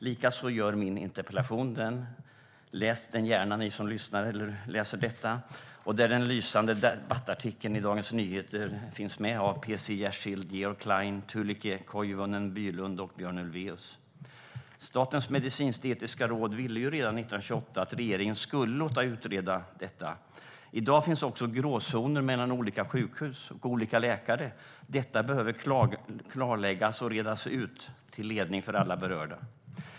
Likaså gör min interpellation det - läs den gärna ni som lyssnar eller läser detta - där den lysande debattartikeln i Dagens Nyheter finns med av P C Jersild, George Klein, Tuulikki Koivunen Bylund och Björn Ulvaeus. Statens medicinsk-etiska råd ville redan 2008 att regeringen skulle låta utreda detta. I dag finns också gråzoner mellan olika sjukhus och olika läkare. Detta behöver klarläggas och redas ut till ledning för alla berörda.